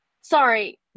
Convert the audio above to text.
sorry